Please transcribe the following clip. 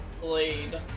played